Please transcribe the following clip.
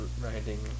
riding